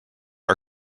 our